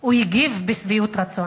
הוא הגיב בשביעות רצון.